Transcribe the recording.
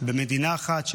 במדינה אחת,